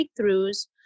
breakthroughs